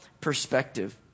perspective